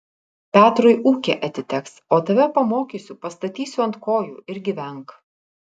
petrui ūkė atiteks o tave pamokysiu pastatysiu ant kojų ir gyvenk